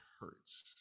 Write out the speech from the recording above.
hurts